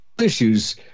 issues